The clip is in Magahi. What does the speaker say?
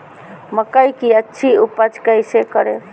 मकई की अच्छी उपज कैसे करे?